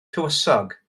tywysog